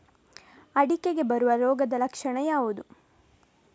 ಅಡಿಕೆಗೆ ಬರುವ ರೋಗದ ಲಕ್ಷಣ ಯಾವುದು?